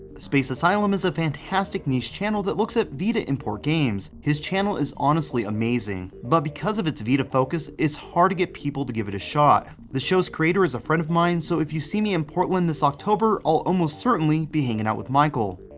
space asylum is a fantastic niche channel that looks at vita import games. his channel is honestly amazing, but because of its vita focus it's hard to get people to give it a shot. the shows creator is a friend of mine, so if you see me in portland this october, i'll almost certainly be hanging out with michael.